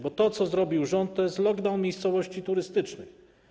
Bo to, co zrobił rząd, to jest lockdown miejscowości turystycznych.